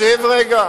מטעמי צבע עור.